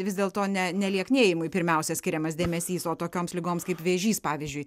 vis dėlto ne ne lieknėjimui pirmiausia skiriamas dėmesys o tokioms ligoms kaip vėžys pavyzdžiui